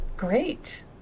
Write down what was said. Great